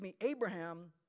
Abraham